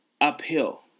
uphill